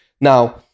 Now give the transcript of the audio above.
Now